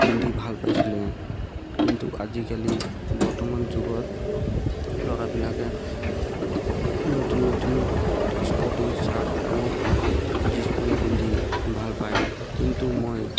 পিন্ধি ভাল পাইছিলে কিন্তু আজিকালি বৰ্তমান যুগত ল'ৰাবিলাকে লতুন লতুন স্পৰ্টিং শ্ৱাৰ্ট আৰু জীন্ছ পেণ্ট পিন্ধি ভাল পায় কিন্তু মই